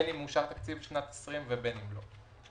בין אם מאושר תקציב לשנת 2020 ובין אם לא.